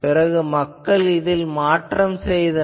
பிறகு மக்கள் இதில் மாற்றம் செய்தனர்